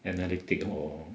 analytic or